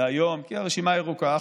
כי הרשימה ארוכה.